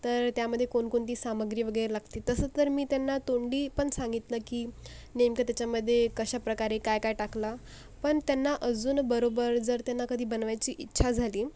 तर त्यामध्ये कोणकोणती सामग्री वगैरे लागते तसं तर मी त्यांना तोंडी पण सांगितलं की नेमकं त्याच्यामध्ये कशा प्रकारे काय काय टाकला पण त्यांना अजून बरोबर जर त्यांना कधी बनवायची इच्छा झाली